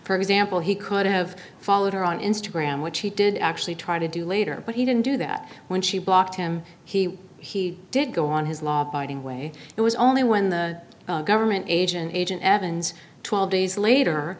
for example he could have followed her on instagram which he did actually try to do later but he didn't do that when she blocked him he he did go on his law abiding way it was only when the government agent agent evans twelve days later